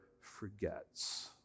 forgets